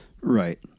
Right